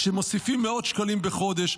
כשמוסיפים מאות שקלים בחודש,